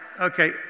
okay